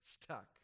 Stuck